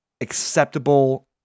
acceptable